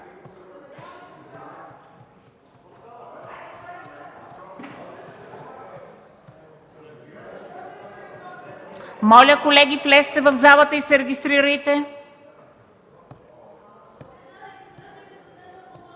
Моля, колеги, влезте в залата и се регистрирайте!